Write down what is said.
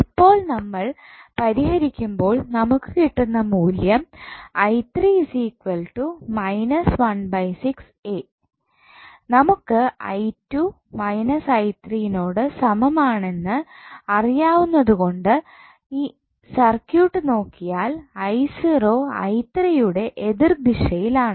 ഇപ്പോൾ നമ്മൾ പരിഹരിക്കുമ്പോൾ നമുക്ക് കിട്ടുന്ന മൂല്യം A നമുക്ക് നോട് സമമാണെന്ന് അറിയാവുന്നതുകൊണ്ട് ഈ സർക്യൂട്ട് നോക്കിയാൽ യുടെ എതിർ ദിശയിൽ ആണ്